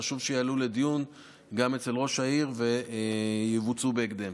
חשוב שיעלו לדיון גם אצל ראש העיר ויבוצעו בהקדם.